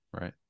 right